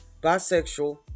bisexual